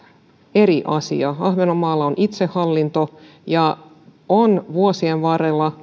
eri asia ahvenanmaalla on itsehallinto vuosien varrella